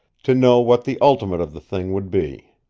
to know what the ultimate of the thing would be.